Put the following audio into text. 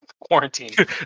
quarantine